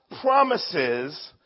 promises